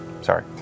Sorry